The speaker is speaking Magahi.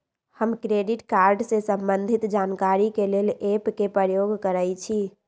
हम क्रेडिट कार्ड से संबंधित जानकारी के लेल एप के प्रयोग करइछि